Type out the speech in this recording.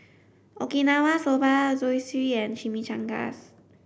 Okinawa Soba Zosui and Chimichangas